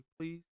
please